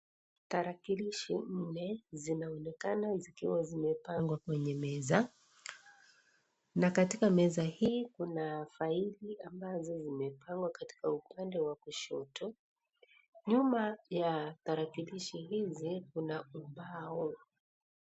Tarakilishi nne zinaonekana zikiwa zimepangwa kwenye meza, na katika meza hii kuna faili ambazo zimepangwa katika upande wa kushoto, nyuma ya tarakilishi hizi kuna ubao.